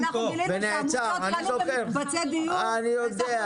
אנחנו גילינו שעמותות בנו במקבצי דיור --- אני יודע,